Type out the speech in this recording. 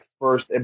first